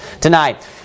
tonight